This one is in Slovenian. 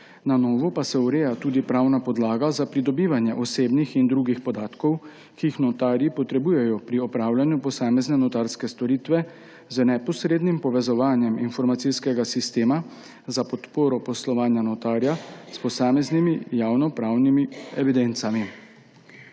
Na novo se ureja tudi pravna podlaga za pridobivanje osebnih in drugih podatkov, ki jih notarji potrebujejo pri opravljanju posamezne notarske storitve z neposrednim povezovanjem informacijskega sistema za podporo poslovanja notarja s posameznimi javnopravnimi evidencami.